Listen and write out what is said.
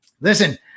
Listen